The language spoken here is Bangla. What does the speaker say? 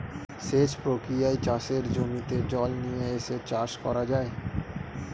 সেচ প্রক্রিয়ায় চাষের জমিতে জল নিয়ে এসে চাষ করা যায়